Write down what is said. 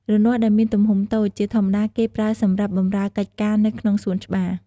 រនាស់ដែលមានទំហំតូច ជាធម្មតាគេប្រើសម្រាប់បម្រើកិច្ចការនៅក្នុងសួនច្បារ។